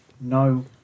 no